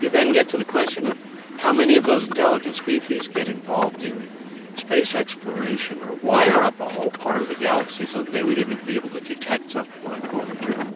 you then get to the question of how many of those intelligent species get involved in space exploration or wire up a whole part of the galaxy so that they would even be able to detect something like voyager.